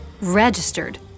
registered